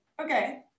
Okay